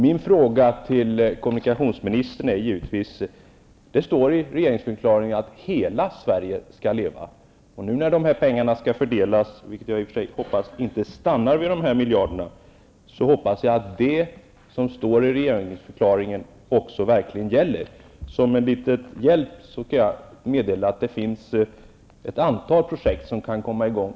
Det står i regeringsförklaringen att hela Sverige skall leva. När nu pengarna skall fördelas, vilket jag i och för sig hoppas inte stannar vid de miljarder som det har talats om i dag, är min fråga till kommunikationsministern: Gäller det som står i regeringsförklaringen?